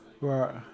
Right